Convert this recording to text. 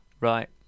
Right